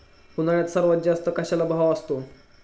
उन्हाळ्यात सर्वात जास्त कशाला भाव असतो?